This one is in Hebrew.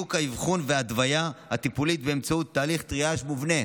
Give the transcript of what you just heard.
דיוק האבחון וההתוויה הטיפולית באמצעות תהליך טריאז' מובנה,